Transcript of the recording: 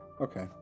Okay